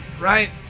right